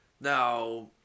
now